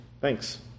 Thanks